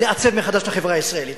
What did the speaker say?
לעצב מחדש את החברה הישראלית?